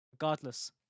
regardless